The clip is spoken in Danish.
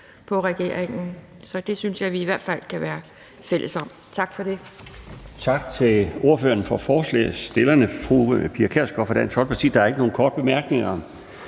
på regeringen, så det synes jeg i hvert fald vi kan være fælles om. Tak for det. Kl. 19:14 Den fg. formand (Bjarne Laustsen): Tak til ordføreren for forslagsstillerne, fru Pia Kjærsgaard fra Dansk Folkeparti. Der er ikke nogen korte bemærkninger.